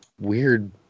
weird